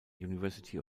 university